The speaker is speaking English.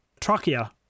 trachea